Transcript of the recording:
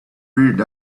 reared